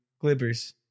Clippers